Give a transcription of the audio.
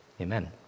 Amen